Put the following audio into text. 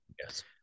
yes